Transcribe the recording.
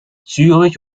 zürich